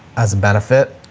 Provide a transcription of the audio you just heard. as a benefit.